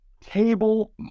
table